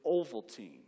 Ovaltine